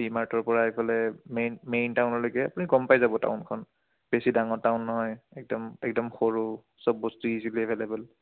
V মাৰ্টৰপৰা এইফালে main main টাউনলৈকে আপুনি গম পাই যাব টাউনখন বেছি ডাঙৰ টাউন নহয় একদম একদম সৰু চব বস্তু ইজিলি এভেইলেবল